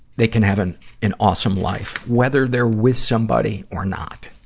they can have an an awesome life, whether they're with somebody or not.